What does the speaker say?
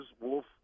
Wolf